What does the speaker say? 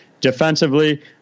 Defensively